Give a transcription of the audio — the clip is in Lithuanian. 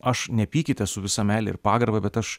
aš nepykite su visa meile ir pagarba bet aš